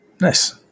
Nice